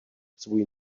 svůj